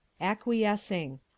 Acquiescing